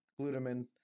glutamine